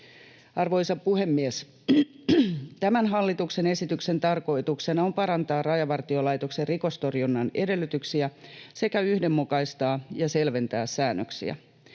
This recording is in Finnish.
Arvoisa puhemies! Tämän hallituksen esityksen tarkoituksena on parantaa Rajavartiolaitoksen rikostorjunnan edellytyksiä sekä yhdenmukaistaa ja selventää säännöksiä.